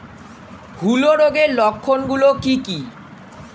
হূলো রোগের লক্ষণ গুলো কি কি?